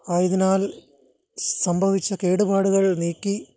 ആയതിനാൽ സംഭവിച്ച കേടുപാടുകൾ നീക്കി